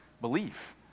belief